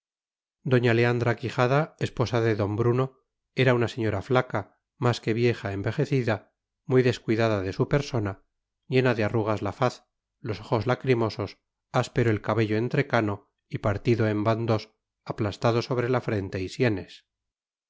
doña leandra quijada esposa de d bruno era una señora flaca más que vieja envejecida muy descuidada de su persona llena de arrugas la faz los ojos lacrimosos áspero el cabello entrecano y partido en bandós aplastados sobre la frente y sienes